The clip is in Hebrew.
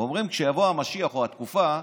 אומרים שכשיבוא המשיח, או התקופה,